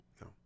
No